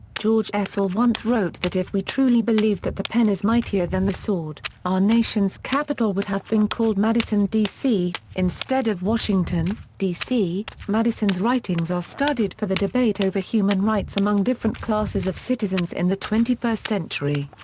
george f. will once wrote that if we truly believed that the pen is mightier than the sword, our nation's capital would have been called madison, d c, instead of washington, d c. madison's writings are studied for the debate over human rights among different classes of citizens in the twenty first century.